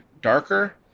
darker